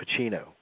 Pacino